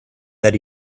that